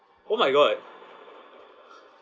oh my god